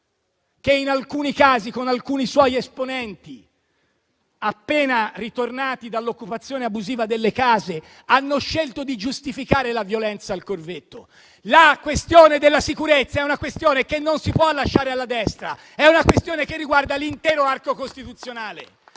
in alcuni casi, alcuni suoi esponenti, appena ritornati dall'occupazione abusiva delle case, hanno scelto di giustificare la violenza al Corvetto. La questione della sicurezza non si può lasciare alla destra, ma riguarda l'intero arco costituzionale.